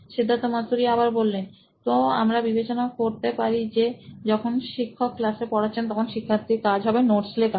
সিদ্ধার্থ মাতু রি সি ই ও নোইন ইলেক্ট্রনিক্স তো আমরা বিবেচনা করতে পারি যে যখন শিক্ষক ক্লাসে পড়াচ্ছেন তখন শিক্ষার্থী কাজ হবে নোটস লেখা